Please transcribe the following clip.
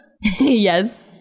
Yes